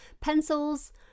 Pencils